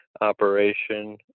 operation